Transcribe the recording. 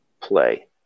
play